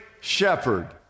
shepherd